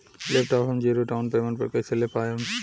Laptop हम zero down payment पर कैसे ले पाएम?